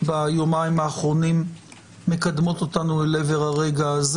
ביומיים האחרונים מקדמות אותנו לעבר הרגע הזה.